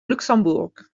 luxembourg